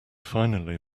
finally